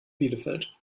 bielefeld